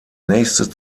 nächste